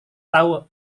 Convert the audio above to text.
tahu